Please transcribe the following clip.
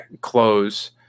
close